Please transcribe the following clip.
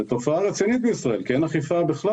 זה תופעה רצינית בישראל כי אין בכלל אכיפה.